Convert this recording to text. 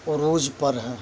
عروج پر ہے